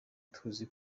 tuzi